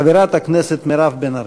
חברת הכנסת מירב בן ארי.